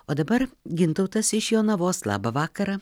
o dabar gintautas iš jonavos labą vakarą